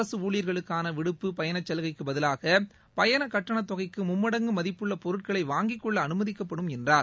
அரசு ஊழியர்களுக்கான விடுப்பு பயண சலுகைக்கு பதிலாக பயண கட்டணத்தொகைக்கு மும்மடங்கு மதிப்புள்ள பொருட்களை வாங்கிக் கொள்ள அனுமதிக்கப்படும் என்றார்